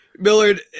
Millard